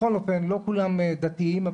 לא כולם דתיים,